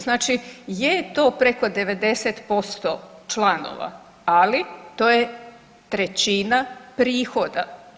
Znači je to preko 90% članova, ali to je trećina prihoda.